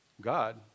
God